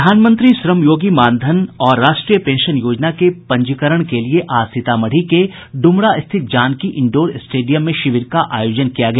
प्रधानमंत्री श्रमयोगी मानधन और राष्ट्रीय पेंशन योजना में पंजीकरण के लिये आज सीतामढ़ी के डुमरा स्थित जानकी इंडोर स्टेडियम में शिविर का आयोजन किया गया